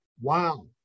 wow